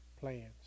Plans